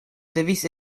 devis